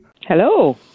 Hello